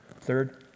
Third